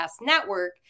Network